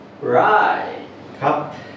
Right